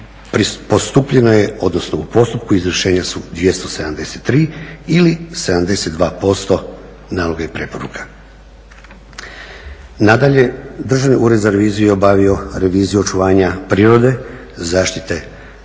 postupljeno je, odnosno u postupku izvršenja su 273 ili 72% naloga i preporuka. Nadalje, Državni ured za reviziju je obavio reviziju očuvanja prirode, zaštite